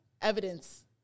evidence